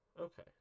Okay